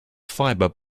fiber